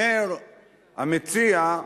אומר המציע: